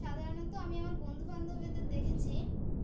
সাধারণত আমি আমার বন্ধু বান্ধবীদের দেখেছি